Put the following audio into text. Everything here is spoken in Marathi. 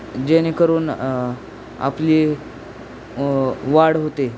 जेणेकरून आपली वाढ होते